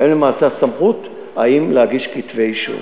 הן למעשה הסמכות אם להגיש כתב אישום.